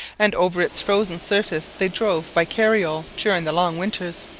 and over its frozen surface they drove by carriole during the long winters.